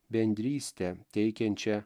bendryste teikiančia